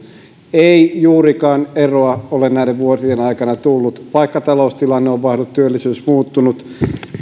ei juurikaan eroa ole näiden vuosien aikana tullut vaikka taloustilanne on vaihdellut työllisyys muuttunut